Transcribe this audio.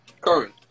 current